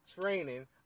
training